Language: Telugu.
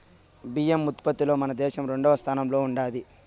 బియ్యం ఉత్పత్తిలో మన దేశం రెండవ స్థానంలో ఉండాది